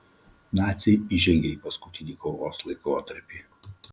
naciai įžengė į paskutinį kovos laikotarpį